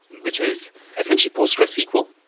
which is essentially postgresql.